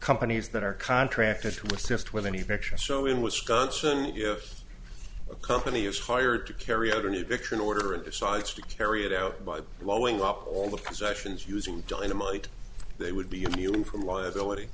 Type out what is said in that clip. companies that are contracted to assist with any picture so in wisconsin if a company is hired to carry out an eviction order and decides to carry it out by blowing up all the possessions using joy in a minute they would be immune from liability